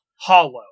hollow